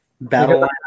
Battle